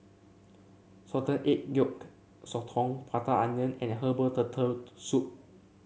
Salted Egg Yolk Sotong Prata Onion and Herbal Turtle Soup